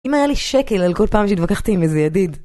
אם היה לי שקל על כל פעם שהתווכחתי עם איזה ידיד